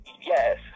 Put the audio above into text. Yes